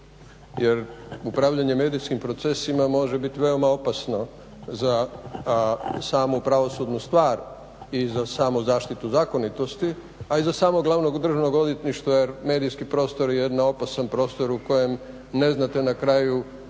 Jer upravljanje medijskim procesima može biti veoma opasno za samu pravosudnu stvar i za samu zaštitu zakonitosti, a i za samog glavnog Državnog odvjetništva jer medijski prostor je jedan opasan prostor u kojem ne znate na kraju tko